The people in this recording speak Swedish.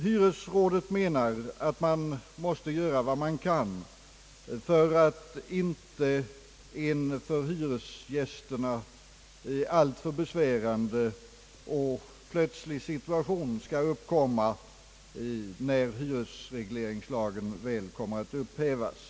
Hyresrådet menar att man måste göra vad man kan för att inte en för hyresgästerna alltför besvärande situation skall uppstå, när hyresregleringslagen väl kommer att upphävas.